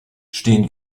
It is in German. stehen